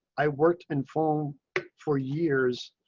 i worked in phone for years,